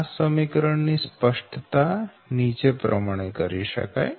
આ સમીકરણ ની સ્પષ્ટતા નીચે પ્રમાણે કરી શકાય